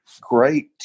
great